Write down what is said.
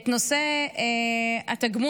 באוניברסיטת תל אביב הוציאו אתמול